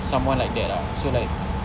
someone like that ah so like